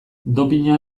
dopina